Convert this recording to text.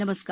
नमस्कार